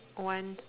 one